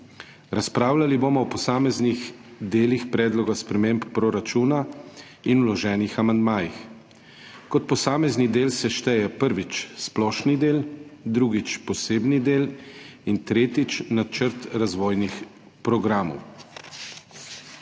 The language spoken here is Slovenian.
Razpravljali bomo o posameznih delih Predloga sprememb proračuna in vloženih amandmajih. Kot posamezni del se štejejo: prvič splošni del, drugič posebni del in tretjič načrt razvojnih programov.